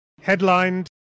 headlined